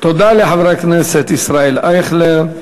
תודה לחבר הכנסת ישראל אייכלר.